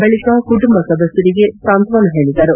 ಬಳಿಕ ಕುಟುಂಬ ಸದಸ್ಯರಿಗೆ ಸಾಂತ್ವನ ಹೇಳಿದರು